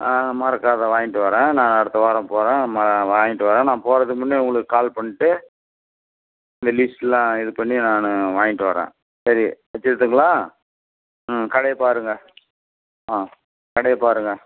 ஆ மறக்காத வாங்கிகிட்டு வர்றேன் நான் அடுத்த வாரம் போகறேன் ம வாங்கிகிட்டு வர்றேன் நான் போகறதுக்கு முன்னே உங்களுக்கு கால் பண்ணிட்டு அந்த லிஸ்ட்லாம் இது பண்ணி நான் வாங்கிகிட்டு வர்றேன் சரி வச்சிருட்டுங்களா ம் கடையை பாருங்கள் ஆ கடையை பாருங்கள்